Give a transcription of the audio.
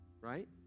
Right